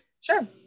Sure